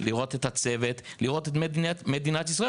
לראות את הצוות ולראות את מדינת ישראל